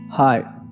Hi